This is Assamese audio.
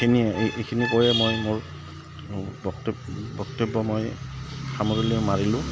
এইখিনিয়ে এইখিনি কয়ে মই মোৰ বক্তব বক্তব্য মই সামৰণি মাৰিলোঁ